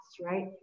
right